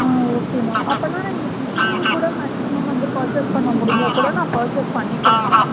ஆ okay ma'am அப்படினா இன்னைக்கு evening கூட மேக்ஸிமம் வந்து பர்ச்சேஸ் பண்ண முடிஞ்சா கூட நான் பர்ச்சேஸ் பண்ணிக்கிறேன் மேம்